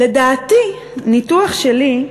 לדעתי, ניתוח שלי,